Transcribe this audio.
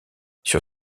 sur